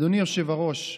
אדוני היושב-ראש,